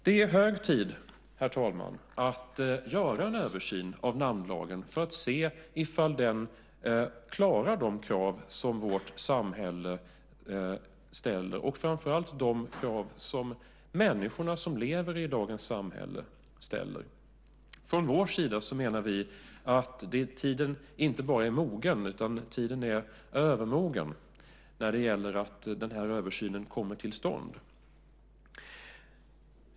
Det är hög tid, herr talman, att göra en översyn av namnlagen för att se om den klarar de krav som vårt samhälle ställer, och framför allt de krav som människorna som lever i dagens samhälle ställer. Vi menar att tiden inte bara är mogen utan övermogen när det gäller att översynen kommer till stånd.